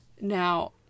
Now